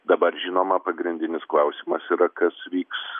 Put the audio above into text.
dabar žinoma pagrindinis klausimas yra kas vyks